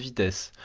this